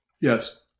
Yes